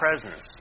presence